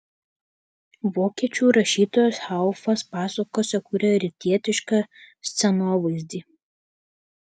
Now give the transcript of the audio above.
vokiečių rašytojas haufas pasakose kuria rytietišką scenovaizdį